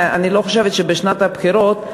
אני לא חושבת שבשנת הבחירות,